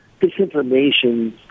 disinformation